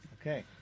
Okay